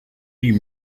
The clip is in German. die